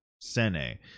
Sene